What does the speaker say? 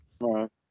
Right